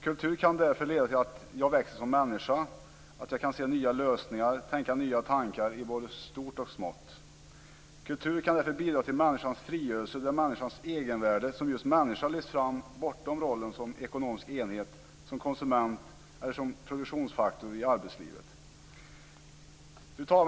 Kultur kan därför leda till att jag växer som människa, att jag kan se nya lösningar och tänka nya tankar i både stort och smått. Kultur kan bidra till människans frigörelse där människans egenvärde som just människa lyfts fram bortom rollen som ekonomisk enhet, som konsument eller som produktionsfaktor i arbetslivet. Fru talman!